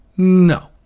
No